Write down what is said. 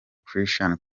christian